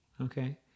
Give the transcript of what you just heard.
okay